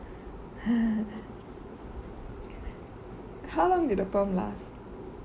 how long did the perm last